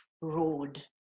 road